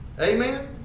Amen